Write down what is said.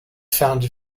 founded